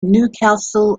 newcastle